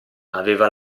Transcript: aveva